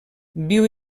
viu